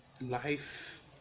life